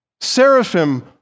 seraphim